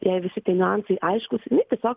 jai visi tie niuansai aiškūs tiesiog